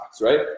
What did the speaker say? right